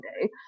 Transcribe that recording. day